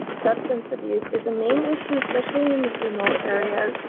substance abuse is a main issue especially in these remote areas.